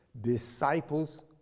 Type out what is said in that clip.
disciples